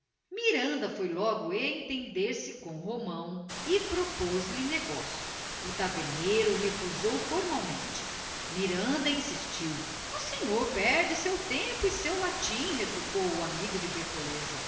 miranda foi logo entender-se com o romão e propôs lhe negócio o taverneiro recusou formalmente miranda insistiu o senhor perde seu tempo e seu latim retrucou o amigo de bertoleza